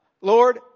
Lord